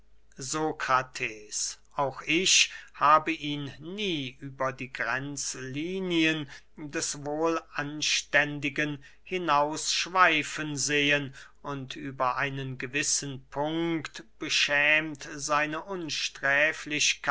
auch ich habe ihn nie über die grenzlinien des wohlanständigen hinaus schweifen sehen und über einen gewissen punkt beschämt seine